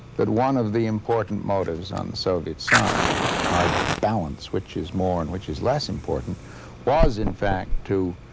that one of the important motives on the soviet side are to balance which is more and which is less important was, in fact, to